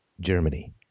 Germany